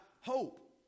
hope